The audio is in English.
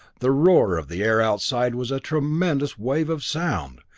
the roar of the air outside was a tremendous wave of sound,